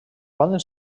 poden